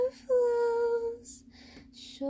flows